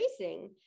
Racing